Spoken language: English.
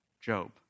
Job